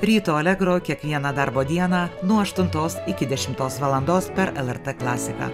ryto allegro kiekvieną darbo dieną nuo aštuntos iki dešimtos valandos per lrt klasiką